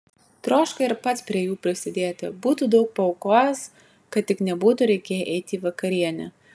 troško ir pats prie jų prisidėti būtų daug paaukojęs kad tik nebūtų reikėję eiti į vakarienę